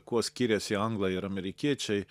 kuo skiriasi anglai ir amerikiečiai